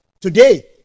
today